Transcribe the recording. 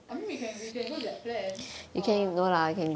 I mean we can we can go with that plan or